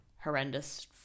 horrendous